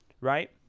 right